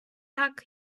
так